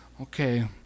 Okay